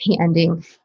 ending